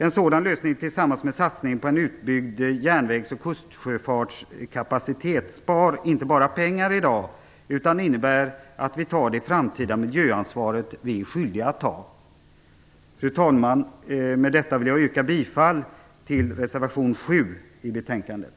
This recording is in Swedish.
En sådan lösning tillsammans med satsningen på en utbyggd järnvägs och kustsjöfartskapacitet spar inte bara pengar i dag utan innebär också att vi tar det framtida miljöansvar som vi är skyldiga att ta. Fru talman! Med detta vill jag yrka bifall till reservation 7 i betänkandet.